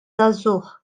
żagħżugħ